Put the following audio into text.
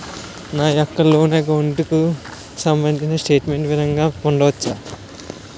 నా యెక్క loan account కు సంబందించిన స్టేట్ మెంట్ ఏ విధంగా పొందవచ్చు?